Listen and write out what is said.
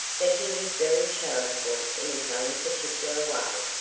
but he was very charitable in his own particular way,